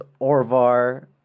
orvar